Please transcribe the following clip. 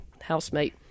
housemate